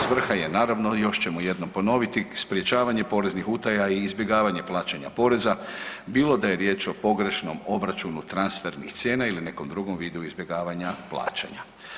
Svrha je naravno, još ćemo jednom ponoviti, sprječavanje poreznih utaja i izbjegavanje plaćanja poreza bilo da je riječ o pogrešnom obračunu transfernih cijena ili nekom drugom vidu izbjegavanja plaćanja.